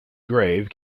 grave